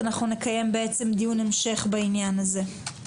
אנחנו נקיים בעצם דיון המשך בעניין הזה.